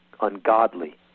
ungodly